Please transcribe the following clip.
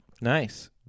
Nice